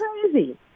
crazy